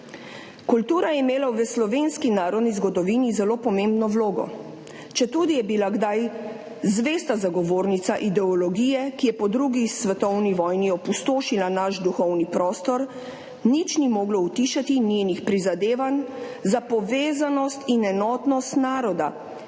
»Kultura je imela v slovenski narodni zgodovini zelo pomembno vlogo.« »Četudi je bila kdaj zvesta zagovornica ideologije, ki je po drugi svetovni vojni opustošila naš duhovni prostor, nič ni moglo utišati njenih prizadevanj za povezanost in enotnost naroda,